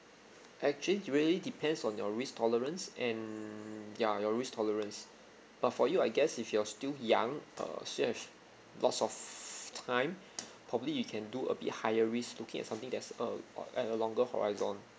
actually it really depends on your risk tolerance and ya your risk tolerance but for you I guess if you are still young uh still have lots of time probably you can do a bit higher risk looking at something that's uh or at a longer horizon